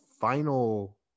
final